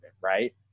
right